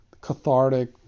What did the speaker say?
cathartic